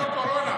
זה לא קורונה.